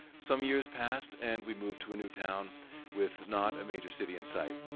some years passed and we moved to a new town with not a major city in sight.